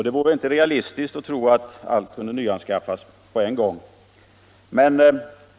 Det vore inte realistiskt att tro att allt kan nyanskaffas på en gång.